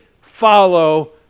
follow